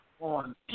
on